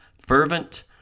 fervent